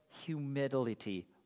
humility